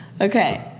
Okay